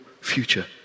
future